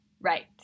Right